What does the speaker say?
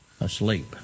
asleep